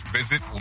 visit